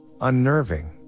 unnerving